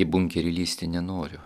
į bunkerį lįsti nenoriu